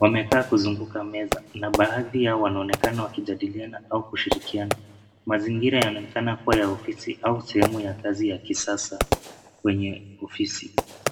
wamekaa kuzunguka meza na baadhi yao wanaonekana wakijadiliana au kushirikiana. Mazingira yanaonekana kuwa ya ofisi au sehemu ya kazi ya kisasa kwenye ofisi.